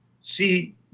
see